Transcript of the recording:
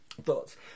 thoughts